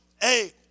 hey